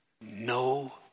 no